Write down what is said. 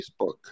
Facebook